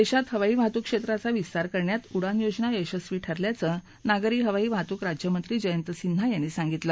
देशात हवाई वाहतूक क्षेत्राचा विस्तार करण्यात उडान योजना यशस्वी ठरल्याचं नागरी हवाई वाहतूक राज्यमंत्री जयंत सिन्हा यांनी सांगितलं